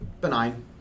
benign